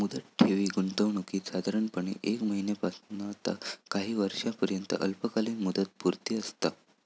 मुदत ठेवी गुंतवणुकीत साधारणपणे एक महिन्यापासना ता काही वर्षांपर्यंत अल्पकालीन मुदतपूर्ती असता